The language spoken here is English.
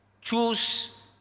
choose